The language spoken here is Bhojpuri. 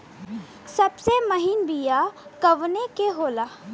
सबसे महीन बिया कवने के होला?